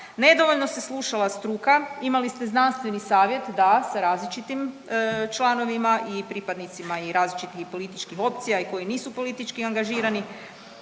Nedovoljno se slušala struka, imali ste znanstveni savjet da sa različitim članovima i pripadnicima i različitih političkih opcija i koji nisu politički angažirani,